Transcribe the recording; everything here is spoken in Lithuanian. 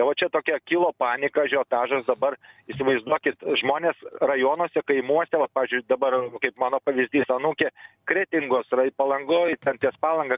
tai va čia tokia kilo panika ažiotažas dabar įsivaizduokit žmonės rajonuose kaimuose vat pavyzdžiui dabar kaip mano pavyzdys anūkė kretingos palangoj ten ties palanga